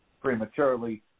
prematurely